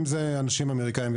אם זה אנשים אמריקנים,